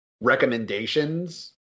recommendations